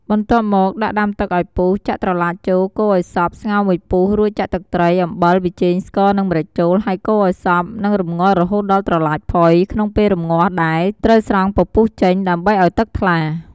បន្ទាប់មកដាក់ដាំទឹកឱ្យពុះ ចាក់ត្រឡាចចូល កូរឱ្យសព្វ ស្ងោរមួយពុះ រួចចាក់ទឹកត្រី អំបិល ប៊ីចេង ស្ករ និងម្រេចចូល ហើយកូរឱ្យសព្វ និងរម្ងាស់រហូតដល់ត្រឡាចផុយ ក្នុងពេលរម្ងាស់ដែរ ត្រូវស្រង់ពពុះចេញ ដើម្បីឱ្យទឹកថ្លា។